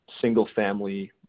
single-family